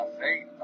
faith